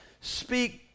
Speak